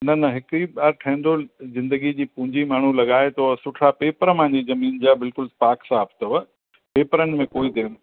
न न हिक ई बार ठहींदो जिन्दगी जी पूंजी माण्हू लॻाए थो सुठा पेपर मुंहिंजी जमीन जा बिल्कुलु साफ़ साफ़ अथव पेपरनि में कोई